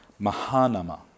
Mahanama